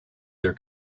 their